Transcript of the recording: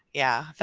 yeah. i